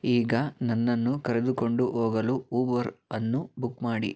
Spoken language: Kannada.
ಈಗ ನನ್ನನ್ನು ಕರೆದುಕೊಂಡು ಹೋಗಲು ಉಬರ್ ಅನ್ನು ಬುಕ್ ಮಾಡಿ